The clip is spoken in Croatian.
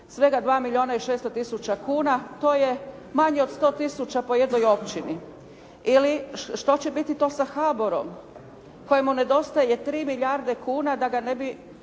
Svega 2 milijuna i 600 tisuća kuna. To je manje od 100 tisuća po jednoj općini. Ili, što će biti to sa HABOR-om kojemu nedostaje 3 milijarde kuna da ga ne bi